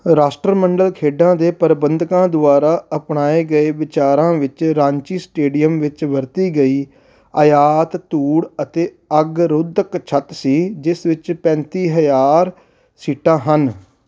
ਰਾਸ਼ਟਰਮੰਡਲ ਖੇਡਾਂ ਦੇ ਪ੍ਰਬੰਧਕਾਂ ਦੁਆਰਾ ਅਪਣਾਏ ਗਏ ਵਿਚਾਰਾਂ ਵਿੱਚ ਰਾਂਚੀ ਸਟੇਡੀਅਮ ਵਿੱਚ ਵਰਤੀ ਗਈ ਆਯਾਤ ਧੂੜ ਅਤੇ ਅੱਗ ਰੋਧਕ ਛੱਤ ਸੀ ਜਿਸ ਵਿੱਚ ਪੈਂਤੀ ਹਜ਼ਾਰ ਸੀਟਾਂ ਹਨ